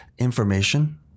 Information